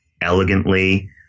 elegantly